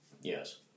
Yes